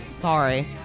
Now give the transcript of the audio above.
Sorry